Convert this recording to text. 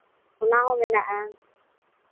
ᱚᱱᱟ ᱦᱚᱸ ᱢᱮᱱᱟᱜᱼᱟ